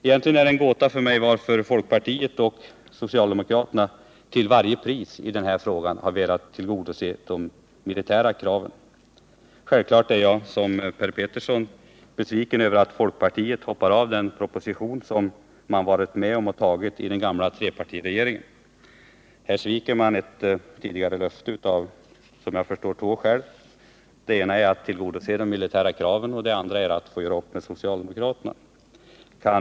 Egentligen är det en gåta för mig varför folkpartiet och socialdemokraterna i den här frågan till varje pris har velat tillgodose de militära kraven. Självfallet är jag liksom Per Petersson besviken över att folkpartiet hoppar av den proposition man varit med om att fatta beslut om i den gamla trepartirege Nr 48 ringen. Här sviker man ett tidigare löfte — och det av, som jag förstår, två skäl. Onsdagen den Det ena är att man vill tillgodose de militära kraven, och det andra är 6 december 1978 önskemålet att få göra upp med socialdemokraterna.